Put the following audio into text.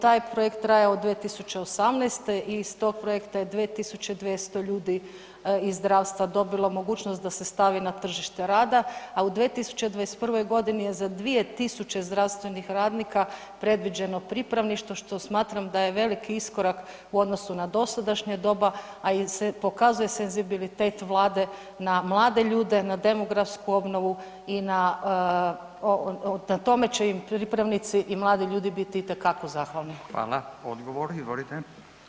Taj projekt traje od 2018. i iz tog projekta je 2.200 ljudi iz zdravstva dobilo mogućnost da se stavi na tržište rada, a u 2021. godini je za 2.000 zdravstvenih radnika predviđeno pripravništvo što smatram da je veliki iskorak u odnosu na dosadašnje doba, a jer se pokazuje senzibilitet Vlade na mlade ljude, na demografsku obnovu i na tome će im pripravnici i mladi ljudi biti itekako zahvalni.